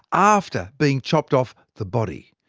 after being chopped off the body.